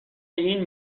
این